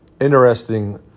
Interesting